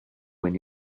when